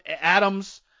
Adams